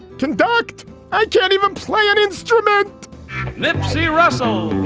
conduct can even play an instrument nipsey russell.